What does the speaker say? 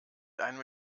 einem